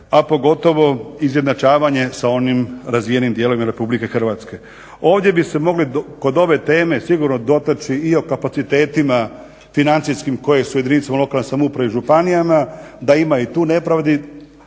a pogotovo izjednačavanje sa onim razvijenim dijelovima RH. Ovdje bi se mogli, kod ove teme sigurno dotaći i o kapacitetima financijskim koji su jedinicama lokalne samouprave i županijama, da ima i tu nepravdi,